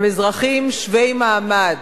הם אזרחים שווי מעמד.